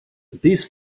these